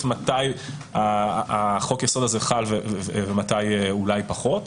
מתי חוק-היסוד הזה חל ומתי אולי פחות.